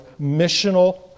missional